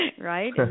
right